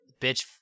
bitch